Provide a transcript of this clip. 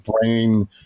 brain